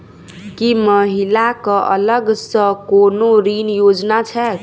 की महिला कऽ अलग सँ कोनो ऋण योजना छैक?